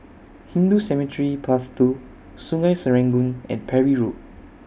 Hindu Cemetery Path two Sungei Serangoon and Parry Road